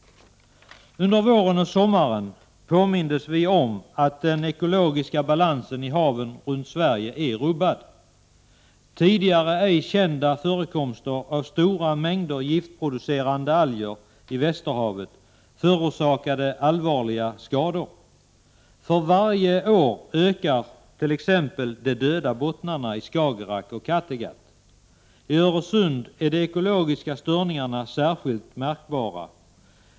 Under våren och sommaren påmindes vi om att den ekologiska balansen i haven runt Sverige är rubbad. Tidigare ej kända förekomster av stora mängder giftproducerande alger i västerhavet förorsakade allvarliga skador. För varje år ökar t.ex. de ”döda bottnarna” i Skagerrak och Kattegatt. I Öresund är de ekologiska störningarna särskilt märkbara.